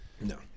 No